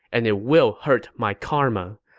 and it will hurt my karma.